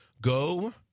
go